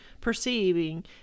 perceiving